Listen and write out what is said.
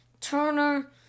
Turner